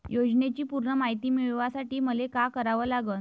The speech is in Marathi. योजनेची पूर्ण मायती मिळवासाठी मले का करावं लागन?